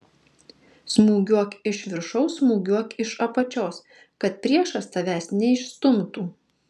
smūgiuok iš viršaus smūgiuok iš apačios kad priešas tavęs neišstumtų